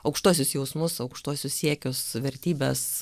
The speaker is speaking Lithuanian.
aukštuosius jausmus aukštuosius siekius vertybes